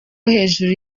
hejuru